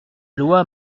loi